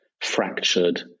fractured